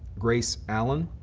grace allen,